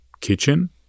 kitchen